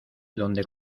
donde